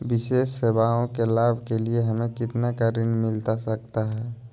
विशेष सेवाओं के लाभ के लिए हमें कितना का ऋण मिलता सकता है?